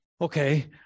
Okay